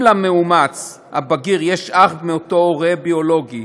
אם למאומץ הבגיר יש אח מאותו הורה ביולוגי